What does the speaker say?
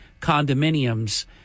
condominiums